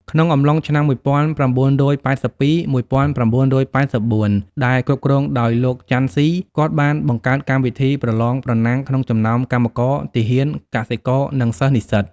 ក្នុងអំឡុងឆ្នាំ (១៩៨២-១៩៨៤) ដែលគ្រប់គ្រងដោយលោកចាន់ស៊ី គាត់បានបង្កើតកម្មវិធីប្រលងប្រណាំងក្នុងចំនោមកម្មករ ទាហាន កសិករ និងសិស្សនិស្សិត។